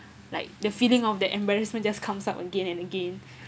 like the feeling of the embarrassment just comes up again and again